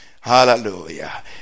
Hallelujah